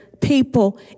people